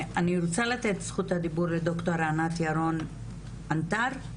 בבקשה, ד"ר ענת ירון ענתר,